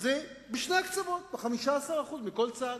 זה בשני הקצוות, ב-15% מכל צד.